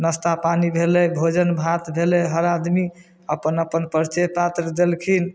नस्ता पानी भेलै भोजन भात भेलै हर आदमी अपन अपन परिचय पात्र देलखिन